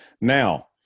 Now